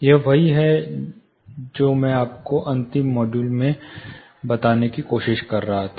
यह वही है जो मैं आपको अंतिम मॉड्यूल बताने की कोशिश कर रहा था